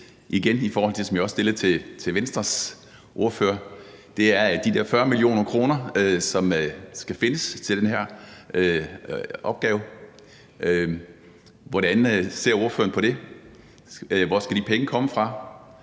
spørgsmål er det, som jeg også stillede til Venstres ordfører, nemlig om de der 40 mio. kr., som skal findes til den her opgave. Hvordan ser ordføreren på det, hvor skal de penge komme fra,